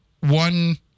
one